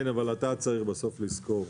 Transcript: כן אבל אתה צריך בסוף לזכור,